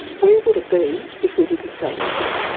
where would it be if we didn't say anything,